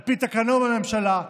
על פי תקנון הממשלה,